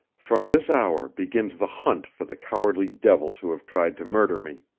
from this hour begins the hunt for the cowardly devils who have tried to murder me.